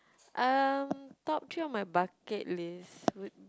um top three on my bucket list would